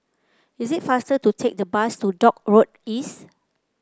it is faster to take the bus to Dock Road East